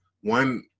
One